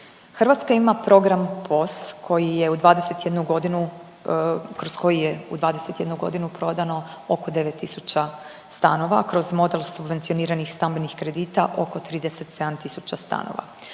Hrvatska ima program POS koji je u 21 godinu kroz koji je u 21 godinu prodano oko 9 tisuća stanova kroz model subvencioniranih stambenih kredita oko 37 tisuća stanova.